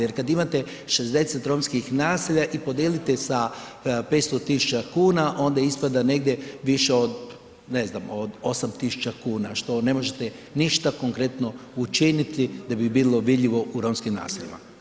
Jer kad imate 60 romskih naselja i podijelite sa 500 tisuća kuna onda ispada negdje više od, ne znam, od 8 tisuća kuna što ne možete ništa konkretno učiniti da bi bilo vidljivo u romskim naseljima.